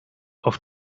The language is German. auf